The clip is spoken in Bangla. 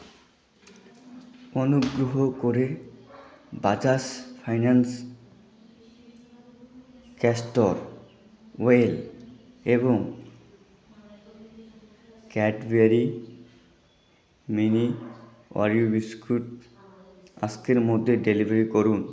অনুগ্রহ করে বাজাস ফাইন্যান্স ক্যাস্টর অয়েল এবং ক্যাডবেরি মিনি অরিও বিস্কুট আজকের মধ্যে ডেলিভারি করুন